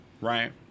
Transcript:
right